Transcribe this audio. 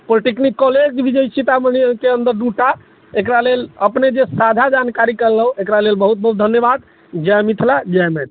polytechnic college भी छै सीतामढ़ीके अन्दर दू टा एकरा लेल अपने जे साझा जानकारी कहलहुँ एकरा लेल बहुत बहुत धन्यवाद जय मिथिला जय मैथिली